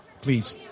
Please